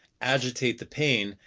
agitate the pain,